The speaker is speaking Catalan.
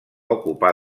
ocupar